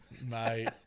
Mate